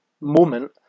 moment